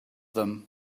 them